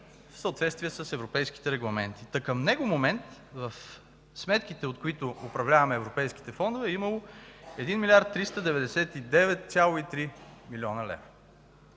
в съответствие с европейските регламенти. Към него момент в сметките, от които управляваме европейските фондове, е имало 1 млрд. 399,3 млн. лв.,